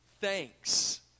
thanks